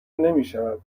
نمیشود